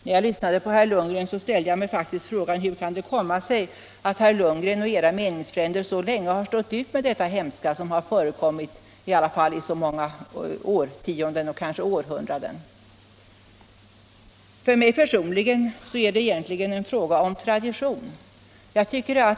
När jag lyssnade till herr Lundgren, ställde jag mig faktiskt frågan: Hur kan det komma sig att herr Lundgren och hans meningsfränder så länge har stått ut med detta hemska som har förekommit i så många årtionden och århundraden? För mig personligen är det egentligen en fråga om tradition.